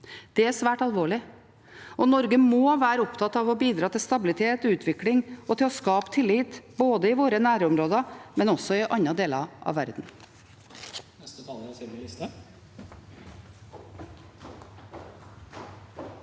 Det er svært alvorlig. Norge må være opptatt av å bidra til stabilitet og utvikling og til å skape tillit, både i våre nærområder og i andre deler av verden.